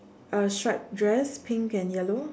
uh striped dress pink and yellow